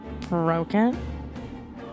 broken